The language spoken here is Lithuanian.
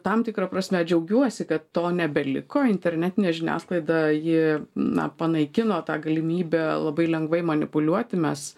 tam tikra prasme džiaugiuosi kad to nebeliko internetinė žiniasklaida ji na panaikino tą galimybę labai lengvai manipuliuoti mes